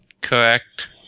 Correct